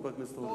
חבר הכנסת אורלב?